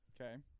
Okay